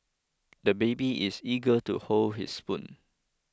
the baby is eager to hold his spoon